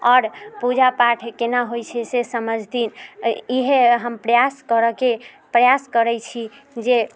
आओर पूजा पाठ केना होइ छै से समझथिन इएहे हम प्रयास करऽके प्रयास करै छी जे